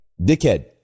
dickhead